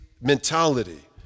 mentality